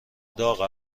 داغ